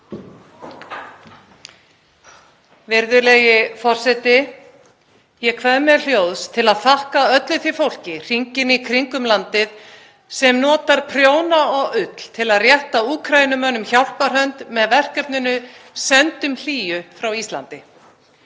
Virðulegi forseti. Ég kveð mér hljóðs til að þakka öllu því fólki hringinn í kringum landið sem notar prjóna og ull til að rétta Úkraínumönnum hjálparhönd með verkefninu Sendum hlýju frá Íslandi.